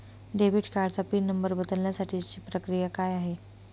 Debit कार्डचा pin number बदलण्यासाठीची प्रक्रिया काय आहे?